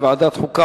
לוועדת החוקה,